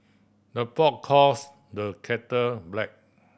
the pot calls the kettle black